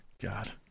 God